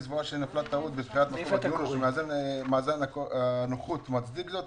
אם סברה שנפלה טעות בבחירת מקום הדיון או שמאזן הנוחות מצדיק זאת,